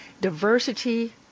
diversity